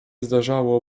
zdarzało